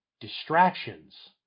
distractions